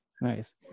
nice